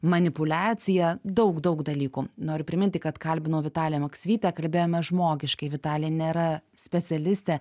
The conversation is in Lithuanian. manipuliacija daug daug dalykų noriu priminti kad kalbinau vitaliją maksvytę kalbėjome žmogiškai vitalija nėra specialistė